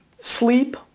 Sleep